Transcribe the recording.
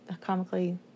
comically